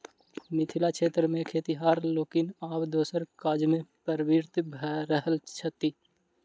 मिथिला क्षेत्र मे खेतिहर लोकनि आब दोसर काजमे प्रवृत्त भ रहल छथि